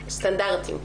סטנדרטים.